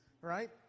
Right